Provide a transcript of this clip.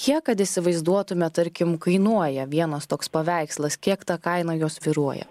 kiek kad įsivaizduotume tarkim kainuoja vienas toks paveikslas kiek ta kaina jos svyruoja